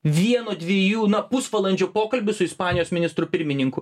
vieno dviejų na pusvalandžio pokalbio su ispanijos ministru pirmininku